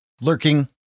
lurking